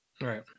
Right